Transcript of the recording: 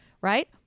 Right